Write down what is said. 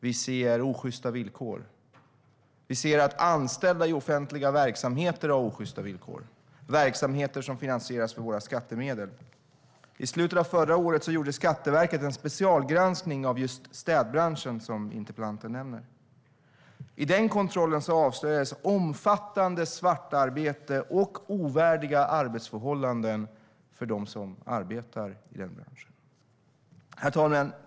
Vi ser osjysta villkor. Vi ser att anställda i offentliga verksamheter har osjysta villkor. Det är verksamheter som finansieras av våra skattemedel. I slutet av förra året gjorde Skatteverket en specialgranskning av just städbranschen, som interpellanten nämner. I den kontrollen avslöjades omfattande svartarbete och ovärdiga arbetsförhållanden för dem som arbetar i branschen. Herr talman!